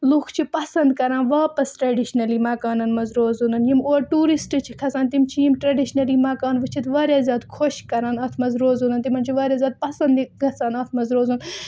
لُکھ چھِ پَسنٛد کَران واپَس ٹرٛیٚڈِشنٔلی مکانَن منٛز روزُن یِم اور ٹوٗرِسٹہٕ چھِ کھَسان تِم چھِ یِم ٹرٛیٚڈِشنٔلی مکان وٕچھِتھ واریاہ زیادٕ خۄش کَران اَتھ منٛز روزُن تِمَن چھِ واریاہ زیادٕ پَسنٛد یہِ گژھان اَتھ منٛز روزُن